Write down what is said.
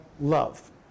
love